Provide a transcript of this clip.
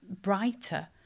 brighter